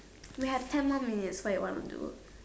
we have ten more minutes what you want to do